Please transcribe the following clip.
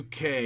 UK